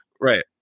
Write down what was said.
right